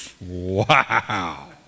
Wow